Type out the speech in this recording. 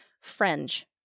fringe